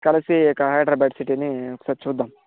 కలిసి ఈ యొక్క హైదరాబాద్ సిటీని ఒకసారి చుద్దాం